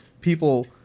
people